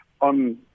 on